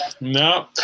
No